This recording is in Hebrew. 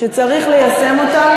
שצריך ליישם אותה,